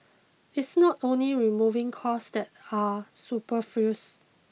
it's not only removing costs that are superfluous